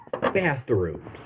bathrooms